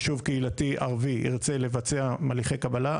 יישוב קהילתי ערבי ירצה לבצע הליכי קבלה,